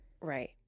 Right